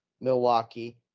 Milwaukee